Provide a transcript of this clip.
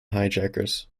hijackers